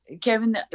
Kevin